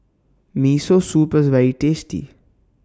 Miso Soup IS very tasty